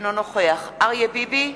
אינו נוכח אריה ביבי,